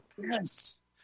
Yes